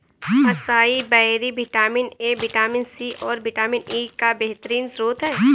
acai berry vitamin A, vitamin C, और vitamin E का बेहतरीन स्त्रोत है